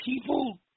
People